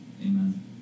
Amen